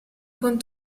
con